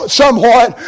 somewhat